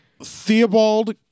Theobald